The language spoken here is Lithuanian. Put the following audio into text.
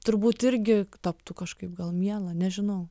turbūt irgi taptų kažkaip gal miela nežinau